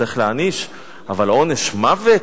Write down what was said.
צריך להעניש, אבל עונש מוות?